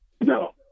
No